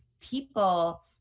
people